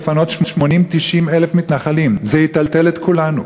"לפנות 80,000 90,000 מתנחלים זה יטלטל את כולנו".